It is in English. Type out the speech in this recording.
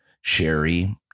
sherry